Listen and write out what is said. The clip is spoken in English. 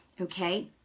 Okay